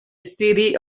city